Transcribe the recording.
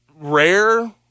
rare